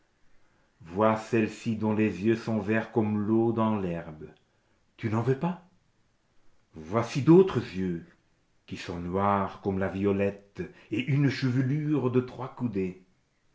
vois celle-ci dont les yeux sont verts comme l'eau dans l'herbe tu n'en veux pas voici d'autres yeux qui sont noirs comme la violette et une chevelure de trois coudées